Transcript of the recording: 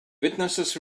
witnesses